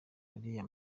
ariya